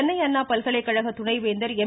சென்னை அண்ணா பல்கலைக்கழக துணைவேந்தர் எம்